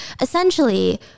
Essentially